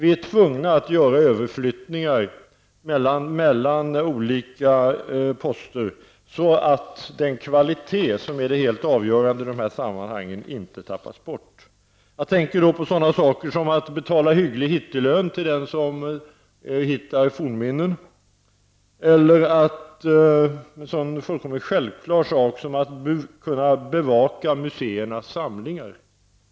Vi är tvungna att göra överflyttningar mellan olika poster så att den kvalitet som är det helt avgörande i de här sammanhangen inte tappas bort. Jag tänker på sådana saker som att det skall betalas hygglig hittelön till den som hittar fornminnen och en sådan fullkomligt självklar sak som att man skall kunna bevaka museernas samlingar.